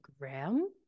Graham